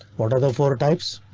what are the four types?